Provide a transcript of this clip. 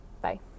Bye